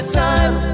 time